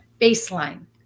Baseline